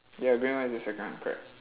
ya green one is the second one correct